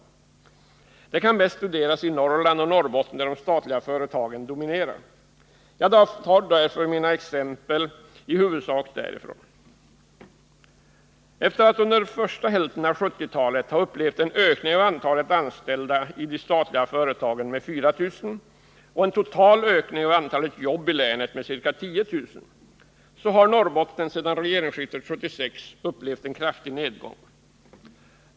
Detta kan bäst studeras i Norrland och Norrbotten där de statliga företagen dominerar, och jag tar därför mina exempel i huvudsak därifrån. Efter att under första hälften av 1970-talet ha fått en ökning av antalet anställda i de statliga företagen med 4 000 och en total ökning av antalet jobb i länet med ca 10 000 har Norrbotten sedan regeringsskiftet 1976 upplevt en kraftig nedgång.